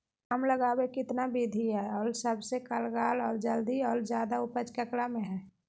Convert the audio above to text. आम लगावे कितना विधि है, और सबसे कारगर और जल्दी और ज्यादा उपज ककरा में है?